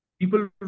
People